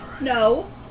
No